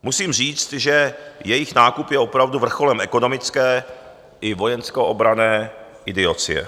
Musím říct, že jejich nákup je opravdu vrcholem ekonomické i vojenskoobranné idiocie.